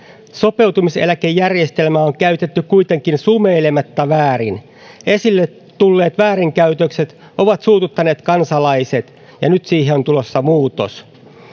sopeutumiseläkejärjestelmää on käytetty kuitenkin sumeilematta väärin esille tulleet väärinkäytökset ovat suututtaneet kansalaiset ja nyt siihen on tulossa muutos